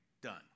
done